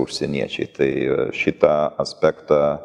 užsieniečiai tai šitą aspektą